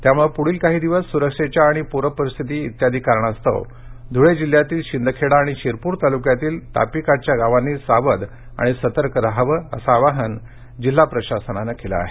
त्यामुळे पुढील काही दिवस सुरक्षेघ्या आणि पुरपरिस्थीती इत्यादि कारणास्तव धूळे जिल्ह्यातील शिंदखेडा आणि शिरपूर तालुक्यातील तापीकाठच्या गावांनी सावध आणि सतर्क राहावे असे आवाहन जिल्हा प्रशासनाने केले आहे